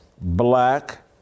black